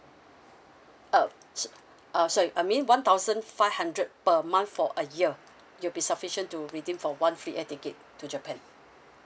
uh s~ uh sorry I mean one thousand five hundred per month for a year you'll be sufficient to redeem for one free air ticket to japan